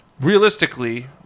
realistically